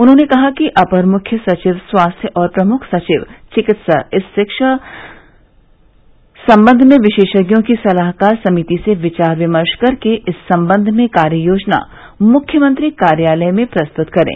उन्होंने कहा कि अपर मुख्य सचिव स्वास्थ्य और प्रमुख सचिव चिकित्सा शिक्षा इस सम्बन्ध में विशेषज्ञों की सलाहकार समिति से विचार विमर्श करके इस सम्बन्ध में कार्ययोजना मुख्यमंत्री कार्यालय में प्रस्तुत करें